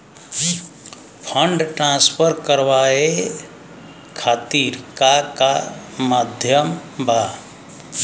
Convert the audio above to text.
Fund transfer करवाये खातीर का का माध्यम बा?